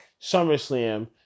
SummerSlam